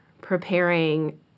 preparing